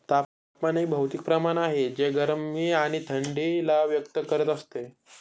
तापमान एक भौतिक प्रमाण आहे जे गरमी आणि थंडी ला व्यक्त करत असते